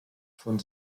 von